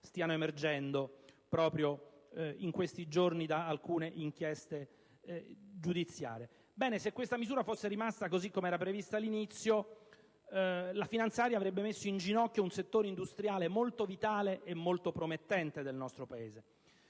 stiano emergendo proprio in questi giorni da alcune inchieste giudiziarie. Bene, se questa misura fosse rimasta così come'era prevista all'inizio, la manovra finanziaria avrebbe messo in ginocchio un settore industriale molto vitale e promettente del nostro Paese.